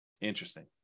Interesting